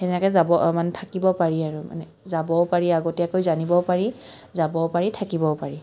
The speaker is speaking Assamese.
সেনেকে যাব মানে থাকিব পাৰি আৰু মানে যাবও পাৰি আগতীয়াকৈ জানিবও পাৰি যাবও পাৰি থাকিবও পাৰি